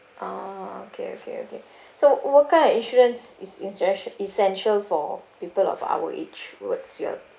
oh okay okay okay so what kind of insurance is essen~ essential for people of our age what's your